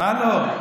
מה לא?